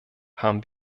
haben